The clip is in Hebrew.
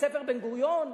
בית-ספר "בן-גוריון",